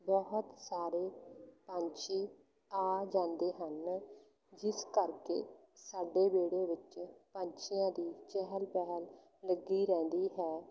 ਬਹੁਤ ਸਾਰੇ ਪੰਛੀ ਆ ਜਾਂਦੇ ਹਨ ਜਿਸ ਕਰਕੇ ਸਾਡੇ ਵਿਹੜੇ ਵਿੱਚ ਪੰਛੀਆਂ ਦੀ ਚਹਿਲ ਪਹਿਲ ਲੱਗੀ ਰਹਿੰਦੀ ਹੈ